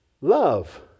love